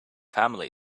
family